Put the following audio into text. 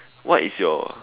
what is your